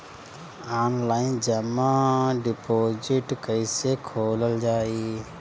Online जमा deposit कैसे खोलल जाइ?